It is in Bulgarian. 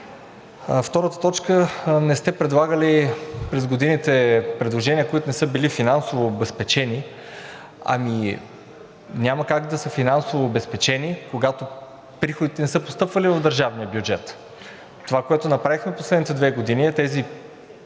Втората точка – не сте правили през годините предложения, които не са били финансово обезпечени. Ами няма как да са финансово обезпечени, когато приходите не са постъпвали в държавния бюджет. Това, което направихме в последните две години, е тези